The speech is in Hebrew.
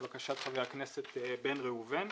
לבקשת חבר הכנסת בן ראובן,